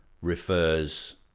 refers